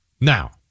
Now